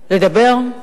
ולדבר,